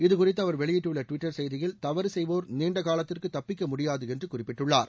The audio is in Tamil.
இது குறித்து அவர் வெளியிட்டுள்ள டுவிட்டர் செய்தியில் தவறு செய்வோர் நீண்ட காலத்திற்கு தப்பிக்க முடியாது என்று குறிப்பிட்டுள்ளார்